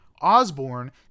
Osborne